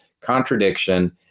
contradiction